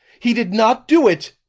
he did not do it!